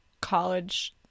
college